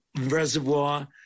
reservoir